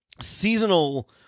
Seasonal